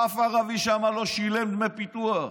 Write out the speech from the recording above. אף ערבי שם לא שילם דמי פיתוח.